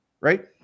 Right